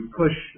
push